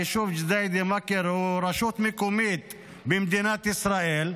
היישוב ג'דיידה-מכר הוא רשות מקומית במדינת ישראל,